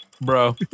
bro